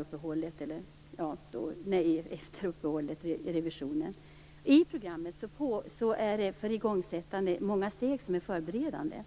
uppehållet. I programmet för igångsättande finns det många steg som är förberedande.